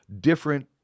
different